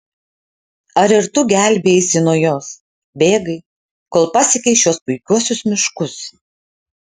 ar ir tu gelbėjaisi nuo jos bėgai kol pasiekei šiuos puikiuosius miškus